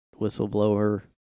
whistleblower